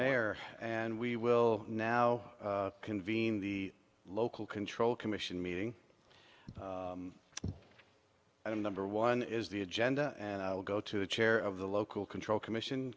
mayor and we will now convene the local control commission meeting item number one is the agenda and i will go to the chair of the local control commission